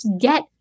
get